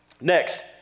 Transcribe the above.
Next